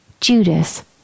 Judas